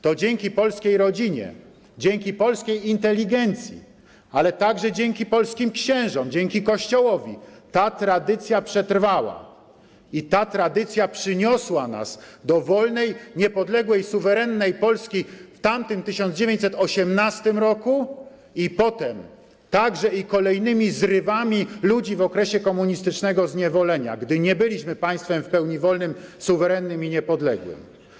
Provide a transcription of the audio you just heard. To dzięki polskiej rodzinie, dzięki polskiej inteligencji, ale także dzięki polskim księżom, dzięki Kościołowi ta tradycja przetrwała i ta tradycja przyniosła nas do wolnej, niepodległej i suwerennej Polski w tamtym 1918 r. i potem także i kolejnymi zrywami ludzi w okresie komunistycznego zniewolenia, gdy nie byliśmy państwem w pełni wolnym, suwerennym i niepodległym.